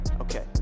okay